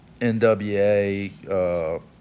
NWA